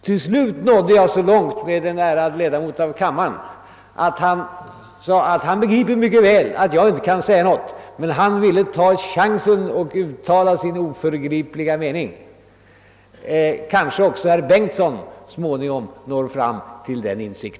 Till slut nådde jag så långt med en ärad ledamot av denna kammare, att han förklarade sig mycket väl begripa att jag inte kan säga någonting, men han ville ta chansen att uttala sin egen oförgripliga mening. Kanske också herr Bengtson i Solna så småningom når fram till denna insikt.